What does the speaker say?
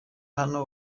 hano